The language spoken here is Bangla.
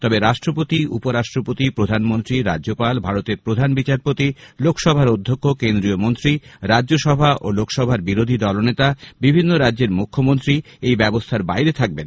তবে রাষ্ট্রপতি উপরাষ্ট্রপতি প্রধানমন্ত্রী রাজ্যপাল ভারতের প্রধান বিচারপতি লোকসভার অধ্যক্ষ কেন্দ্রীয় মন্ত্রী রাজ্যসভা ও লোকসভার বিরোধী দলনেতা বিভিন্ন রাজ্যের মুখ্যমন্ত্রীরা এই ব্যবস্থার বাইরে থাকবেন